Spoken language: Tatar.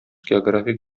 географик